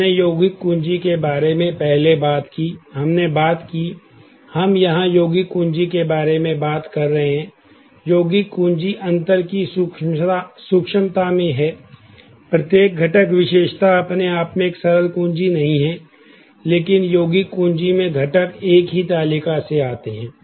हमने यौगिक कुंजी के बारे में पहले बात की हमने बात की हम यहां यौगिक कुंजी के बारे में बात कर रहे हैं यौगिक कुंजी अंतर की सूक्ष्मता में है प्रत्येक घटक विशेषता अपने आप में एक सरल कुंजी नहीं है लेकिन यौगिक कुंजी में घटक एक ही तालिका से आते हैं